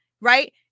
right